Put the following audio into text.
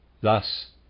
Thus